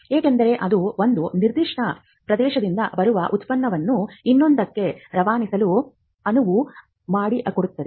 ಏಕೆಂದರೆ ಅದು ಒಂದು ನಿರ್ದಿಷ್ಟ ಪ್ರದೇಶದಿಂದ ಬರುವ ಉತ್ಪನ್ನವನ್ನು ಇನ್ನೊಂದಕ್ಕೆ ರವಾನಿಸಲು ಅನುವು ಮಾಡಿಕೊಡುತ್ತದೆ